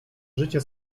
życie